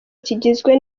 kigizwe